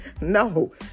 No